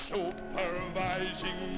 Supervising